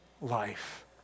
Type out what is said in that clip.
life